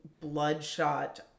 bloodshot